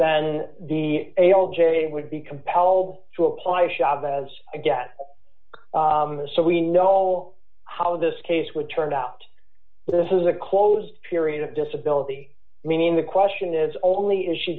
then the a l j would be compelled to apply chavez again so we know how this case would turn out this is a closed period of disability meaning the question is only issue